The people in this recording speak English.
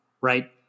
right